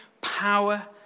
power